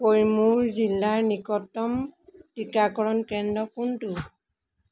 কৈমুৰ জিলাৰ নিকটতম টিকাকৰণ কেন্দ্ৰ কোনটো